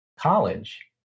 college